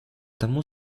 тому